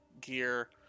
gear